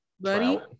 buddy